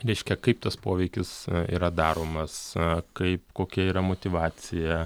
reiškia kaip tas poveikis yra daromas kaip kokia yra motyvacija